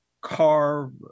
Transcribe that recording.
carve